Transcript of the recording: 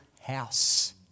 house